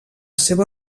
seva